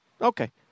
Okay